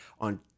on